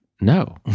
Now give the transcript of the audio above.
No